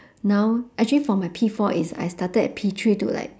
now actually for my P four is I started at P three to like